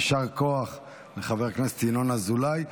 יישר כוח לחבר הכנסת ינון אזולאי.